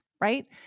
right